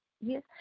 yes